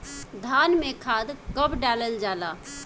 धान में खाद कब डालल जाला?